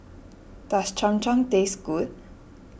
does Cham Cham taste good